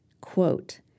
Quote